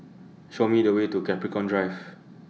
Show Me The Way to Capricorn Drive